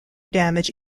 damage